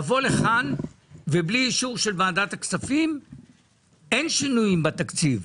לבוא לכאן ובלי אישור של ועדת הכספים אין שינויים בתקציב,